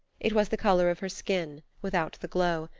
it was the color of her skin, without the glow,